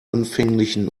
anfänglichen